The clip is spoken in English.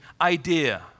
idea